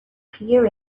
clear